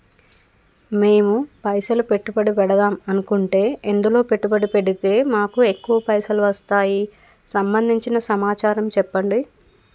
మేము పైసలు పెట్టుబడి పెడదాం అనుకుంటే ఎందులో పెట్టుబడి పెడితే మాకు ఎక్కువ పైసలు వస్తాయి సంబంధించిన సమాచారం చెప్పండి?